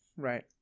right